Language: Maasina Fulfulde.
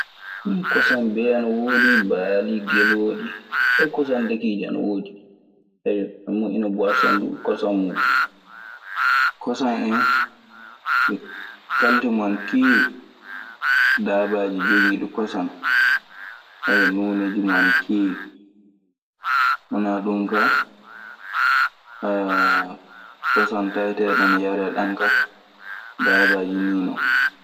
kosan bey ana woodi, baali, gelooɗi, fay kosan ndakiiji ana woodi. ane moƴƴina buwaasoŋ duu kosan muuɗun. Kosan en kalteeji mun ana keewi. Daabaaji jogiiɗi kosan, nooneeji muuɗun ana keewi. So wanaa ɗun kaa aah kosan taweteeɗan ana yaree ɗan kaa, daabaaji nii non.